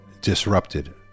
disrupted